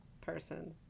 person